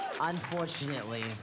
Unfortunately